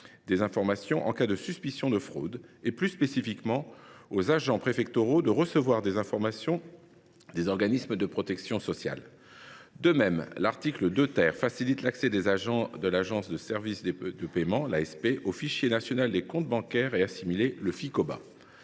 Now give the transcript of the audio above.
des informations en cas de suspicion de fraude, et plus spécifiquement aux agents préfectoraux de recevoir des informations des organismes de protection sociale. De même, l’article 2 vise à faciliter l’accès des agents de l’Agence de services et de paiement (ASP) au fichier national des comptes bancaires et assimilés (Ficoba).